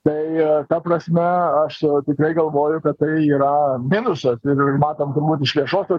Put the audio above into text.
tai ta prasme aš tikrai galvoju kad tai yra minusas ir matom turbūt iš viešosios